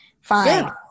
Fine